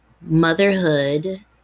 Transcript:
motherhood